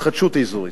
התחדשות אזורית.